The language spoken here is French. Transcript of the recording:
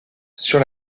sur